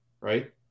Right